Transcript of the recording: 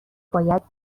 باید